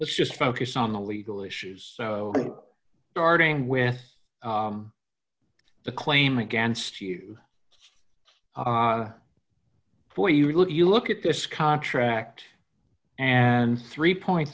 let's just focus on the legal issues starting with the claim against you for you look you look at this contract and three point